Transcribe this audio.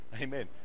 amen